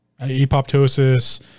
Apoptosis